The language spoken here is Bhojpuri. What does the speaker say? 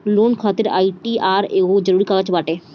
लोन खातिर आई.टी.आर एगो जरुरी कागज बाटे